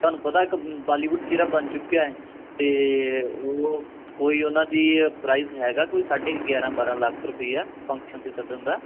ਤੁਹਾਨੂੰ ਪਤਾ ਇੱਕ ਬੋਲੀਵੁੱਡ ਚਿਹਰਾ ਬਣ ਚੁੱਕਿਆ ਅਤੇ ਉਹ ਕੋਈ ਉਹਨਾਂ ਦੀ ਪ੍ਰਾਈਜ ਹੈਗਾ ਕੋਈ ਸਾਢੇ ਗਿਆਰਾਂ ਬਾਰਾਂ ਲੱਖ ਰੁਪਈਆ ਫੰਕਸ਼ਨ 'ਤੇ ਸੱਦਣ ਦਾ